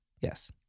Yes